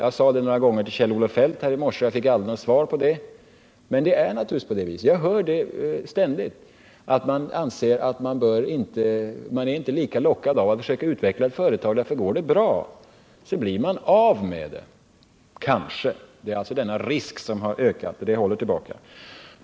Jag nämnde det några gånger för Kjell-Olof Feldt i morse, men jag fick aldrig något svar av honom. Jag hör ständigt att man inte är lika lockad av att försöka utveckla ett företag, för går det bra blir man kanske av med det. Det är denna ökade risk som håller tillbaka utvecklingen.